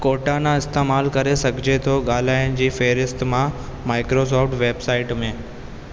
Cortana इस्तेमालु करे सघजे थो ॻाल्हाइण जी फेहिरिस्त मां माइक्रोसॉफ्ट वेबसाइट में